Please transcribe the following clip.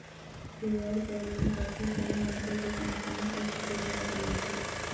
share परमान पाती कोनो मनखे के कंपनी एक्ट के तहत बनथे